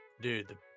dude